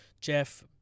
Jeff